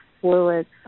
fluids